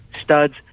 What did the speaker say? studs